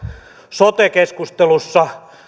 sote keskustelussa